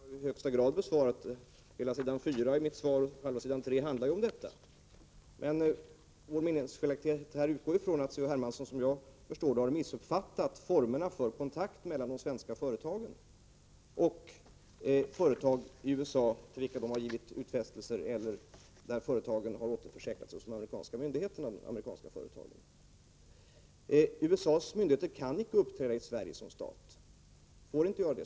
Herr talman! Fråga 4, som C.-H. Hermansson hänvisat till, har jag i högsta grad besvarat. Hela tredje sidan i mitt svar handlar om detta. Men vår meningsskiljaktighet här utgår från att C.-H. Hermansson som jag förstår har missuppfattat formerna för kontakten mellan de svenska företagen och företag i USA, till vilka de svenska företagen givit utfästelser, eller företag som har återförsäkrat sig hos amerikanska myndigheter. USA:s myndigheter kan icke uppträda i Sverige som stat. Det får de inte göra.